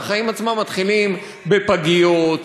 והחיים עצמם מתחילים בפגיות,